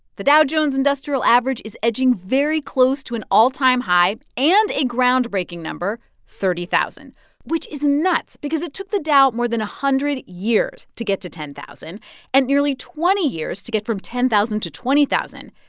the dow jones industrial average is edging very close to an all-time high and a groundbreaking number thirty thousand which is nuts because it took the dow more than a hundred years to get to ten thousand and nearly twenty years to get from ten thousand to twenty thousand.